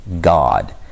God